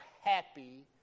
happy